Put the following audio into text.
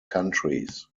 countries